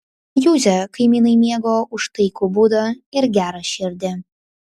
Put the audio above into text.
juzę kaimynai mėgo už taikų būdą ir gerą širdį